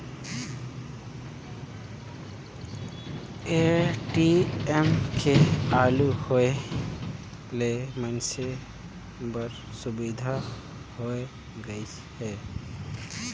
ATM के चालू होय ले मइनसे बर सुबिधा होय गइस हे